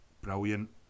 brilliant